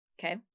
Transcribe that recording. okay